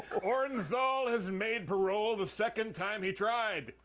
orenthal has made parole the second time he tried,